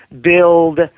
build